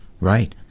Right